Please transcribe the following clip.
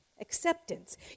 acceptance